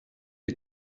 die